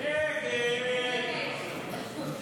ההסתייגות (5) של קבוצת